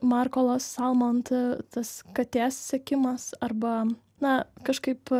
markolos salmont tas katės sekimas arba na kažkaip